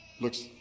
looks